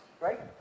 right